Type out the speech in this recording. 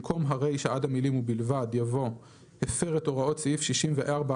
במקום הרישה עד המילה "ובלבד" יבוא "הפר את הוראת סעיף 64א(ב)(3),